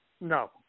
no